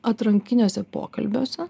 atrankiniuose pokalbiuose